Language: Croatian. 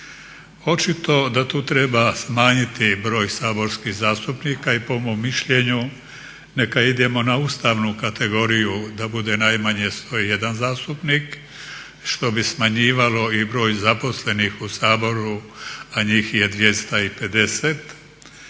Očito da tu treba smanjiti broj saborskih zastupnika i po mom mišljenju neka idemo na ustavnu kategoriju da bude najmanje 101 zastupnik što bi smanjivalo i broj zaposlenih u Saboru a njih je 250